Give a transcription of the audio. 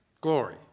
glory